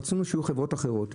רצינו שיהיו חברות אחרות,